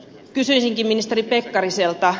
kysyisinkin ministeri pekkariselta